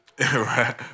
Right